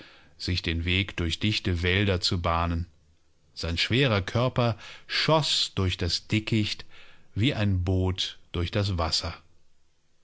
sich den weg durch dichte wälder zu bahnen sein schwerer körper schoß durch das dickicht wie ein boot durch daswasser